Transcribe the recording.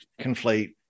conflate